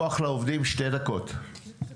כוח לעובדים, שתי דקות.